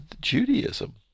Judaism